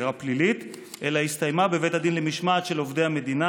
לחקירה פלילית אלא הסתיימה בבית הדין למשמעת של עובדי המדינה,